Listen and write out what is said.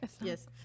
yes